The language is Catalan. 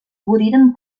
moriren